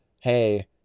hey